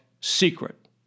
secret